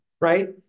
Right